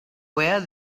where